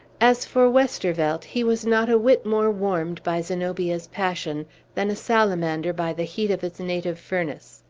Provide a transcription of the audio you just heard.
as for westervelt, he was not a whit more warmed by zenobia's passion than a salamander by the heat of its native furnace.